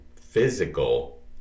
physical